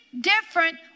different